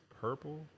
purple